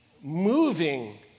moving